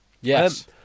Yes